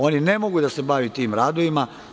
Oni ne mogu da se bave tim radovima.